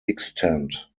extent